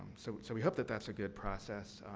so so, we hope that that's a good process.